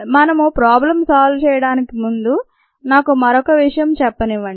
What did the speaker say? మనం problem solve చేయడానికి ముందు నాకు మరొక విషయం చెప్పనివ్వండి